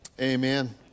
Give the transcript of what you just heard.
Amen